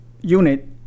unit